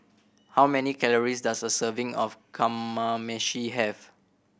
how many calories does a serving of Kamameshi have